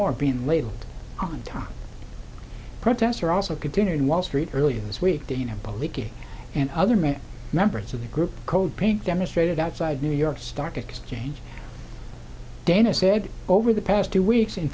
more bin laden on top protests are also continuing wall street earlier this week dana public and other men members of the group code pink demonstrated outside new york stock exchange dana said over the past two weeks in